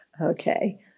Okay